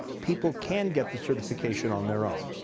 people can get the certification on their own.